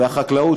ולחקלאות,